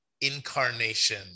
incarnation